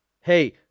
Hey